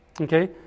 Okay